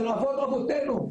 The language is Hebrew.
של אבות אבותינו.